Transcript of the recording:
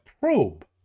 probe